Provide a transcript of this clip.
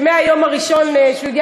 אבל אתן כאן, אז כל הכבוד